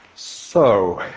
so.